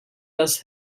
dust